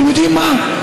אתם יודעים מה?